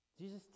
Jesus